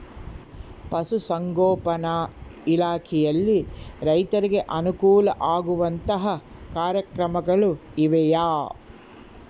ಪಶುಸಂಗೋಪನಾ ಇಲಾಖೆಯಲ್ಲಿ ರೈತರಿಗೆ ಅನುಕೂಲ ಆಗುವಂತಹ ಕಾರ್ಯಕ್ರಮಗಳು ಇವೆಯಾ?